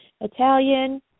Italian